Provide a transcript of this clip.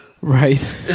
right